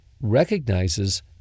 recognizes